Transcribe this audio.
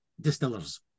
Distillers